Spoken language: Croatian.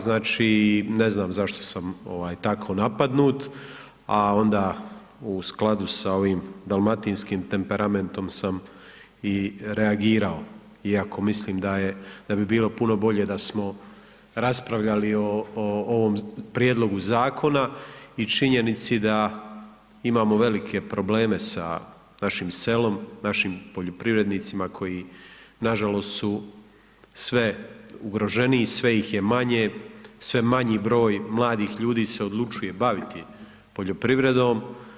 Znači, ne znam zašto sam ovaj tako napadnut, a onda u skladu sa ovim dalmatinskim temperamentom sam i reagirao iako mislim da je, da bi bilo puno bolje da smo raspravljali o, o ovom prijedlogu zakona i činjenici da imamo velike probleme sa našim selom, sa našim poljoprivrednicima koji nažalost su sve ugroženiji, sve ih je manje, sve manji broj mladih ljudi se odlučuje baviti poljoprivredom.